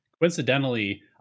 coincidentally